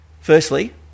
Firstly